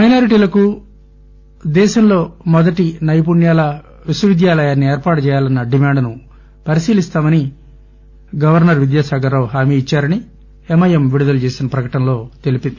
మైనార్టీలకు దేశంలో మొదటి నైపుణ్యాల విశ్వవిద్యాలయాన్ని ఏర్పాటు చేయాలన్న అంశాన్ని పరిశీలిస్తామని గవర్న ర్ విద్యాసాగర్ రావు హామీ ఇద్చారని ఎంఐఎం విడుదల చేసిన ఒక ప్రకటనలో తెలిపింది